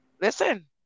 Listen